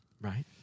right